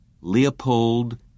Leopold